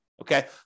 Okay